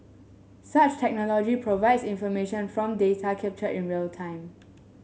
such technology provides information from data captured in real time